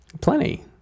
Plenty